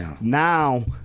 Now